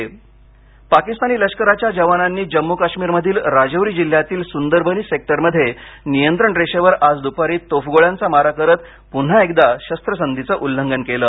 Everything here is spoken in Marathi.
शस्त्रसंधी पाकिस्तानी लष्कराच्या जवानांनी जम्मू काश्मीरमधील राजौरी जिल्ह्यातील सुंदरबनी सेक्टरमध्ये नियंत्रण रेषेवर आज दुपारी तोफगोळ्यांचा मारा करत पुन्हा एकदा शस्रसंधीचं उल्लंघन केलं